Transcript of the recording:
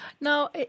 Now